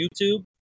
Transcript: YouTube